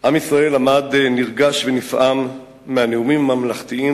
עם ישראל עמד נרגש ונפעם מהנאומים הממלכתיים